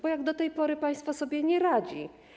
Bo jak do tej pory państwo sobie nie radzi.